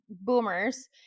boomers